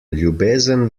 ljubezen